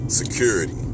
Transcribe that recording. security